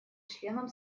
членам